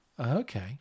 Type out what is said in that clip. Okay